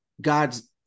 god's